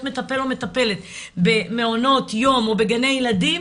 מטפל או מטפלת במעונות יום או בגני ילדים,